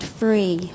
free